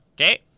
Okay